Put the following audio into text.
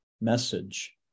message